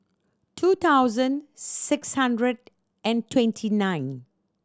two thousand six hundred and twenty nine